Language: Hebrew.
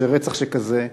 כאשר רצח שכזה מצליח.